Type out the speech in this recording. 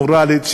מורלית,